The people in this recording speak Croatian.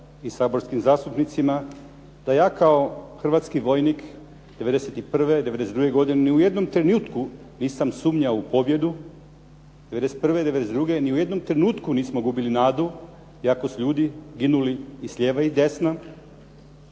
i saborskim zastupnicima da ja kao hrvatski vojnik 91., 92. godine ni u jednom trenutku nisam sumnjao u pobjedu, 91., 92. ni u jednom trenutku nismo gubili nadu iako su ljudi ginuli i s lijeva i s desna